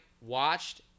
watched